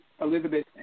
Elizabeth